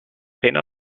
pena